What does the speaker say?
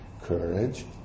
courage